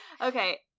Okay